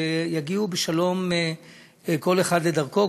שיגיעו בשלום כל אחד לדרכו,